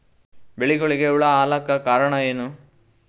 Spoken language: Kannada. ಬೆಳಿಗೊಳಿಗ ಹುಳ ಆಲಕ್ಕ ಕಾರಣಯೇನು?